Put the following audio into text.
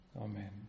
Amen